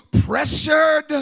pressured